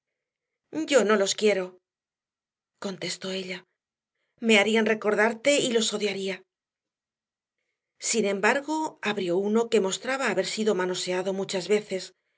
dicen yo no los quiero contestó ella me harían recordarte y los odiaría sin embargo abrió uno que mostraba haber sido manoseado muchas veces